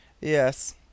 Yes